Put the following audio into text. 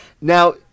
Now